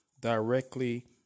directly